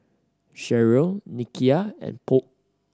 Sharyl Nikia and Polk